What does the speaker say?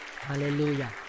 Hallelujah